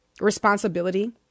responsibility